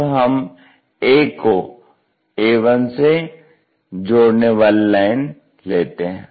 अब हम A को A1 से जोड़ने वाली लाइन लेते हैं